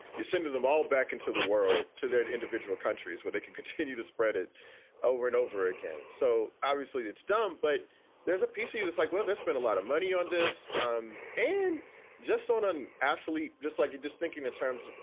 you're sending them all back into the world, to their individual countries where they could continue to spread it over and over again so obviously it's done. but there's a piece of this like, well, that's been a lot of money on this. um and just on an athlete just like you, just thinking in terms of,